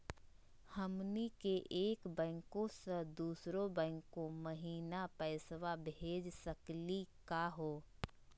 हमनी के एक बैंको स दुसरो बैंको महिना पैसवा भेज सकली का हो?